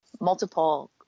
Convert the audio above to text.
multiple